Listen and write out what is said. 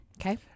Okay